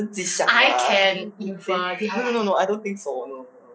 你自己想的 lah no no no I don't think so no no no